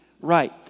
right